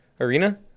arena